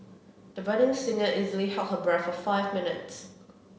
the budding singer easily held her breath for five minutes